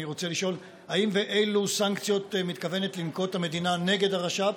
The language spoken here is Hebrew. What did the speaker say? אני רוצה לשאול: 1. האם המדינה מתכוונת לנקוט סנקציות נגד הרש"פ,